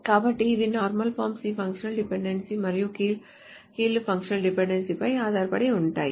కాబట్టి ఇవి normal forms ఈ ఫంక్షనల్ డిపెండెన్సీ మరియు కీలు ఫంక్షనల్ డిపెండెన్సీలపై ఆధారపడి ఉంటాయి